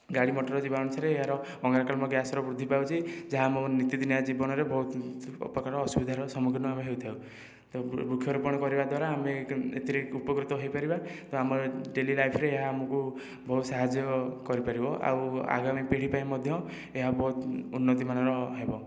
ଗାଡ଼ି ମଟର ଯିବା ଅନୁସାରେ ଏହାର ଅଙ୍ଗାରକାମ୍ଳ ଗ୍ୟାସର ବୃଦ୍ଧି ପାଉଛି ଯାହା ଆମର ନୀତି ଦିନିଆଁ ଜୀବନରେ ବହୁତ ପ୍ରକାରର ଅସୁବିଧାର ସମ୍ମୁଖୀନ ଆମେ ହୋଇଥାଉ ତ ବୃକ୍ଷରୋପଣ କରିବା ଦ୍ୱାରା ଆମେ ଏଇଥିରେ ଉପକୃତ ହୋଇପାରିବା ତ ଆମ ଡେ'ଲି ଲାଇଫ୍ରେ ଏହା ଆମକୁ ବହୁତ ସାହାଯ୍ୟ କରିପାରିବ ଆଉ ଆଗାମୀ ପିଢ଼ି ପାଇଁ ମଧ୍ୟ ଏହା ବହୁତ ଉନ୍ନତିମାନର ହେବ